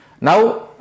Now